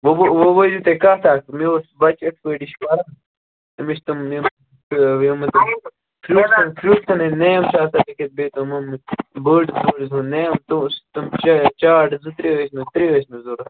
وۅنۍ ؤنِو تُہۍ کَتھ اَکھ مےٚ اوس بَچہِ یِتھٕ پٲٹھۍ یہِ چھُ پران تٔمِس چھِ تِم یِم فرٛوٗٹَن فرٛوٗٹن ہٕندۍ نیم چھِ آسان لیٚکھِتھ بیٚیہِ تِم ہُم بٔڈ تِم نیم تہِ اوس تِم چیٹ چارٹ زٕ ترٛےٚ ٲسۍ مےٚ ترٛےٚ ٲسۍ مےٚ ضروٗرت